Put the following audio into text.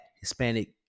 Hispanic